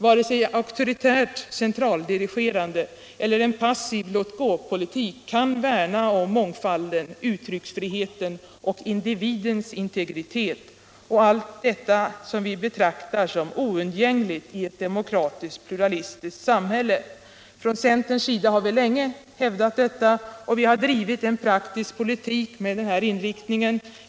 Varken auktoritärt centraldirigerande eller en passiv låt-gå-politik kan värna om mångfalden, uttrycksfriheten, individens integritet och allt det som vi betraktar som oundgängligt i ett demokratiskt, pluralistiskt samhälle. Centern har länge hävdat detta och vi har drivit en praktisk politik med denna inriktning.